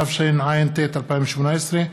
התשע"ט 2018,